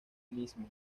mismo